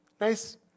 Nice